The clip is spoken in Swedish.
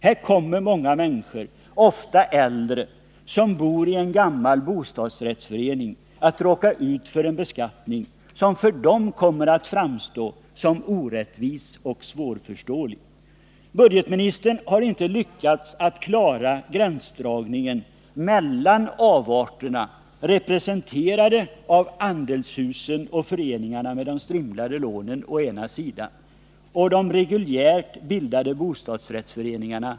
Här kommer många människor, ofta äldre, som har en gammal bostadsrättslägenhet att råka ut för en beskattning som för dem kommer att framstå som orättvis och svårförståelig. Budgetministern har inte lyckats klara gränsdragningen mellan å ena sidan avarterna, representerade av andelshusen och föreningarna med de strimlade lånen, och å andra sidan de äldre reguljärt bildade bostadsrättsföreningarna.